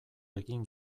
egin